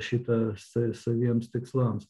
šitą sa saviems tikslams